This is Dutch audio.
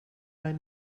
mijn